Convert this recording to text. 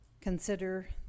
consider